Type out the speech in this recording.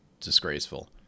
disgraceful